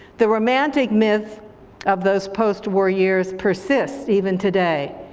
the romantic myth of those post-war years persists even today,